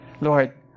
Lord